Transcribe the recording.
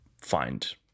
find